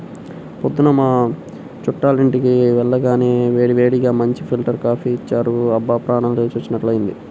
పొద్దున్న మా చుట్టాలింటికి వెళ్లగానే వేడివేడిగా మంచి ఫిల్టర్ కాపీ ఇచ్చారు, అబ్బా ప్రాణం లేచినట్లైంది